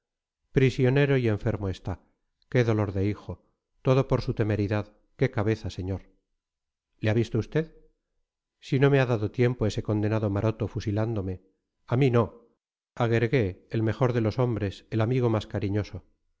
prisionero y enfermo está qué dolor de hijo todo por su temeridad qué cabeza señor le ha visto usted si no me ha dado tiempo ese condenado maroto fusilándome a mí no a guergué el mejor de los hombres el amigo más cariñoso